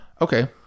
Okay